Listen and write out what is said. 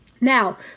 Now